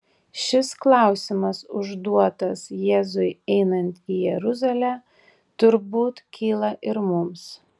šis klausimas užduotas jėzui einant į jeruzalę turbūt kyla ir mums